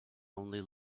only